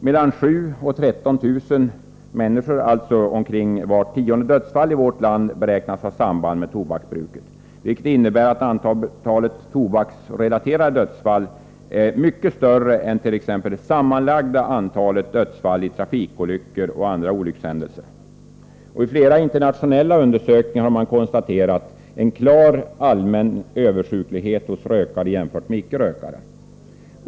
Mellan 7 000 och 13 000 dödsfall, alltså omkring vart tionde dödsfall i vårt land, beräknas ha samband med tobaksbruket, vilket innebär att antalet tobaksrelaterade dödsfall är mycket större än t.ex. det sammanlagda antalet dödsfall i trafikolyckor och andra olyckshändelser. I flera internationella undersökningar har man konstaterat en klar allmän översjuklighet hos rökare jämfört med icke-rökare.